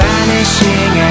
Vanishing